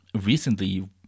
recently